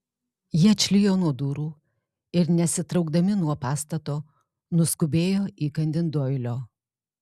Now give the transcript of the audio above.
jie atšlijo nuo durų ir nesitraukdami nuo pastato nuskubėjo įkandin doilio